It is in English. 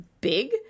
big